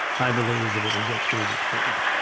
i believe that it will get through this period.